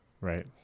right